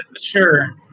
Sure